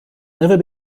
never